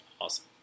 awesome